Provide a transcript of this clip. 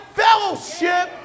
fellowship